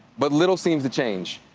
but little seems to change.